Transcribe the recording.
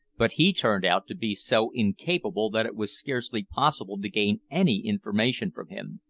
but he turned out to be so incapable that it was scarcely possible to gain any information from him.